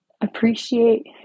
appreciate